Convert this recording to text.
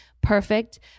perfect